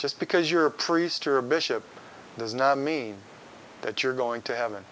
just because you're a priest or a bishop does not mean that you're going to have